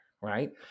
right